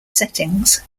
settings